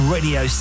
Radio